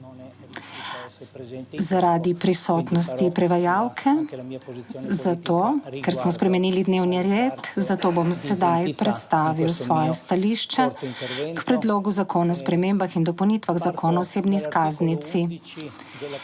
zaradi prisotnosti prevajalke, zato ker smo spremenili dnevni red, zato bom sedaj predstavil svoje stališče k Predlogu zakona o spremembah in dopolnitvah Zakona o osebni izkaznici.